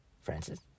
Francis